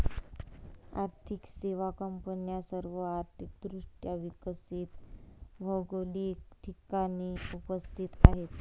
आर्थिक सेवा कंपन्या सर्व आर्थिक दृष्ट्या विकसित भौगोलिक ठिकाणी उपस्थित आहेत